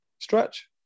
stretch